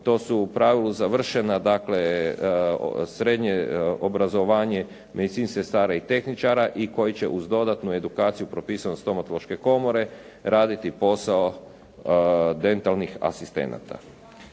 To su u pravilu završeno dakle srednje obrazovanje medicinskih sestara i tehničara i koji će uz dodatnu edukaciju propisanu od stomatološke komore raditi posao dentalnih asistenata.